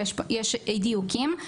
ויש אי דיוקים.